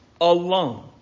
alone